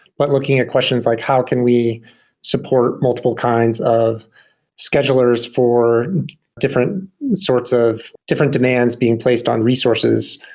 but looking at questions like how can we support multiple kinds of schedulers for different sorts of different demands being placed on resources?